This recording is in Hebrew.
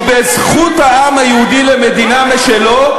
ובזכות העם היהודי למדינה משלו,